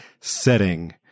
setting